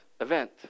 event